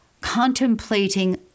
contemplating